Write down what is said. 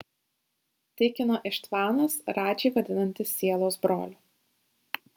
tikino ištvanas radžį vadinantis sielos broliu